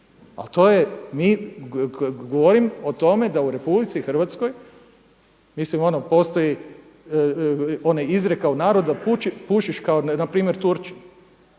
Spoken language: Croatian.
Ali to je, mi, govorim o tome da u Republici Hrvatskoj mislim ono postoji ona izreka u naroda pušiš na primjer Turčin.